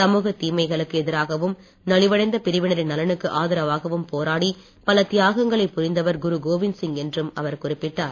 சமூகத் தீமைகளுக்கு எதிராகவாகவும் நலிவடைந்த பிரிவினரின் நலனுக்கு ஆதரவாகவும் போராடிப் பல தியாகங்களைப் புரிந்தவர் குரு கோவிந்த் சிங் என்றும் அவர் குறிப்பிட்டார்